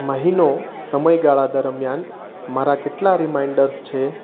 મહિનો સમયગાળા દરમિયાન મારા કેટલા રિમાઈન્ડર્સ છે